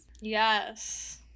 Yes